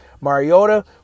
Mariota